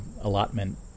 allotment